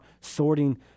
sorting